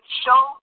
show